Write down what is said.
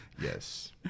Yes